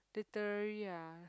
literary ah